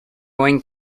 going